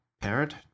parent